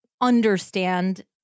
understand